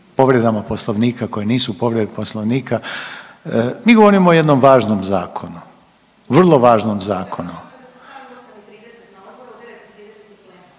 povredama Poslovnika koje nisu povrede Poslovnika. Mi govorimo o jednom važnom zakonu, vrlo važnom zakonu.